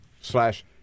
slash